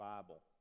Bible